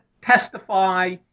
testify